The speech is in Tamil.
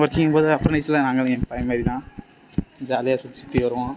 ஒர்க்கிங் போது அப்ரண்டிஸ்லாம் நாங்கதான் பழைய மாதிரி தான் ஜாலியாக சுற்றி சுற்றி வருவோம்